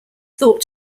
thought